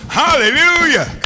hallelujah